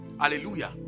Hallelujah